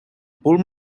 pull